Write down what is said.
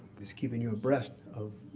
just keeping you abreast of